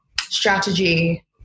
strategy